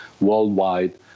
worldwide